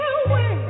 away